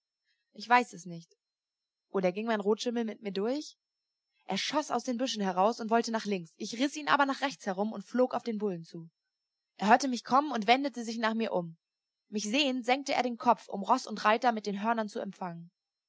ich weiß es nicht oder ging mein rotschimmel mit mir durch er schoß aus den büschen heraus und wollte nach links ich riß ihn aber nach rechts herum und flog auf den bullen zu er hörte mich kommen und wendete sich nach mir um mich sehend senkte er den kopf um roß und reiter mit den hörnern zu empfangen